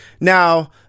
now